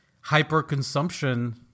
hyper-consumption